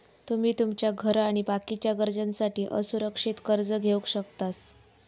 तुमी तुमच्या घर आणि बाकीच्या गरजांसाठी असुरक्षित कर्ज घेवक शकतास